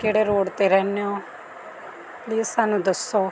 ਕਿਹੜੇ ਰੋਡ 'ਤੇ ਰਹਿਨੇ ਹੋ ਪਲੀਜ਼ ਸਾਨੂੰ ਦੱਸੋ